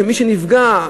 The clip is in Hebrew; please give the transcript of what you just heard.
מי שנפגע,